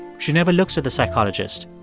she never looks at the psychologist.